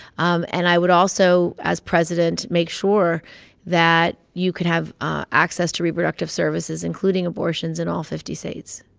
um and i would also, as president, make sure that you could have ah access to reproductive services including abortions in all fifty states